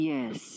Yes